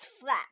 flat